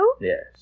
Yes